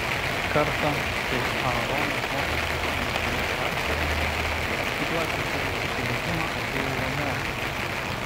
kartą kai aaronas mokėsi aštuntoje klasėje į klasės tėvų susirinkimą atėjo jo motina